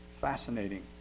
Fascinating